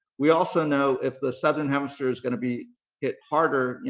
we also know if the southern hemisphere is going to be hit harder,